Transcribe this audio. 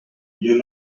vieux